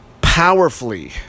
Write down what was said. powerfully